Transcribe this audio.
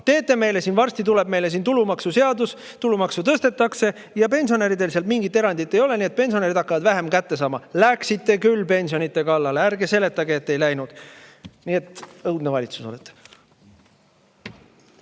vähem kätte saama. Varsti tuleb meile siin tulumaksuseadus. Tulumaksu tõstetakse ja pensionäridele seal mingit erandit ei ole, nii et pensionärid hakkavad vähem kätte saama. Läksite küll pensionide kallale. Ärge seletage, et ei läinud! Nii et õudne valitsus olete.